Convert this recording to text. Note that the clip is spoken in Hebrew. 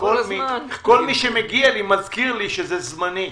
כל מי שמגיע, מזכיר לי שזה זמני,